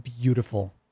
beautiful